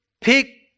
pick